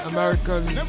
Americans